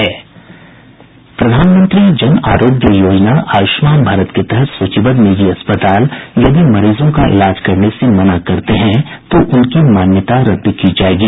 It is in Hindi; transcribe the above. प्रधानमंत्री जन आरोग्य योजना आय्रष्मान भारत के तहत सूचीबद्ध निजी अस्पताल यदि मरीजों का इलाज करने से मना करते हैं तो उनकी मान्यता रद्द की जायेगी